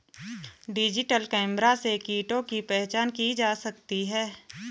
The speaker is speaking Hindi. डिजिटल कैमरा से कीटों की पहचान की जा सकती है